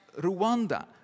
Rwanda